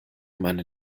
meine